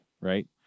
right